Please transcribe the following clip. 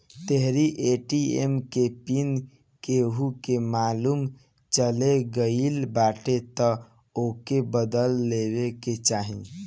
तोहरी ए.टी.एम के पिन केहू के मालुम चल गईल बाटे तअ ओके बदल लेवे के चाही